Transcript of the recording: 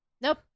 Nope